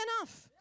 enough